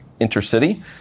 Intercity